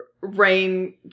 Rain